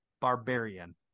Barbarian